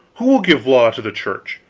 who will give law to the church?